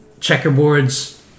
checkerboards